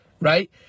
Right